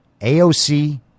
AOC